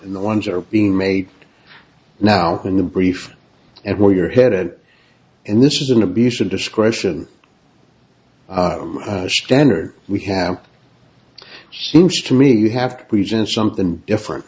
in the ones that are being made now in the brief and where you're headed and this is an abuse of discretion standard we have seems to me you have to present something different